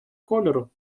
кольору